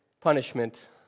punishment